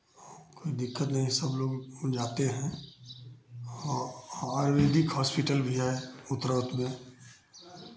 कोई दिक्कत नहीं है सब लोग जाते हैं और आयुर्वेदिक हॉस्पिटल भी है उत्तरावत में